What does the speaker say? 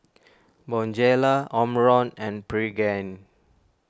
Bonjela Omron and Pregain